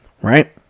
Right